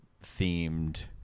themed